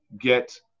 get